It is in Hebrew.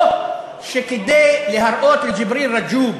או שכדי להראות לג'יבריל רג'וב